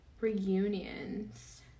Reunions